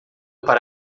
para